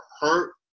hurt